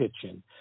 kitchen